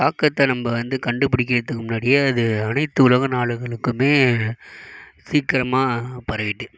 தாக்கத்தை நம்ம வந்து கண்டுப்புடிக்கிறதுக்கு முன்னாடியே அது அனைத்து உலக நாடுகளுக்கும் சீக்கிரமா பரவிட்டு